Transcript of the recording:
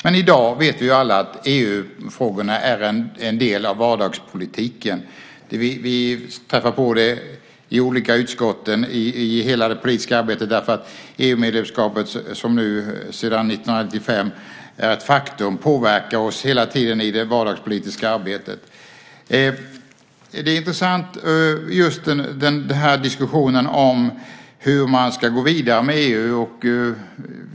Men i dag vet vi alla att EU-frågorna är en del av vardagspolitiken. Vi träffar på dem i de olika utskotten och i hela det politiska arbetet. EU-medlemskapet som sedan 1995 är ett faktum påverkar oss hela tiden i det vardagspolitiska arbetet. Diskussionen om hur man ska gå vidare med EU är intressant.